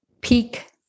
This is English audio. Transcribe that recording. peak